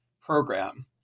Program